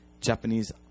Japanese